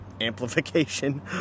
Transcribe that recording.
amplification